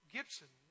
Gibson